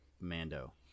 Mando